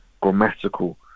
grammatical